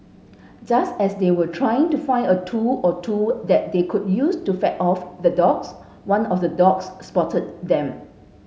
just as they were trying to find a tool or two that they could use to fend off the dogs one of the dogs spotted them